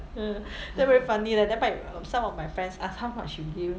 uh then very funny leh then my some of my friends ask how much you give